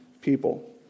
people